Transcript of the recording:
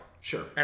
Sure